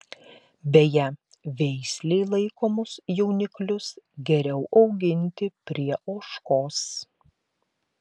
beje veislei laikomus jauniklius geriau auginti prie ožkos